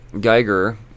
Geiger